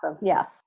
yes